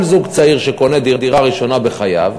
כל זוג צעיר שקונה דירה ראשונה בחייו,